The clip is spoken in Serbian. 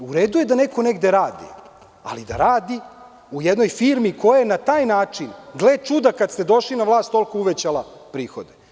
U redu je da neko negde radi, ali da radi u jednoj firmi kojoj na taj način, gle čuda kada ste došli na vlast toliko uvećala prihode.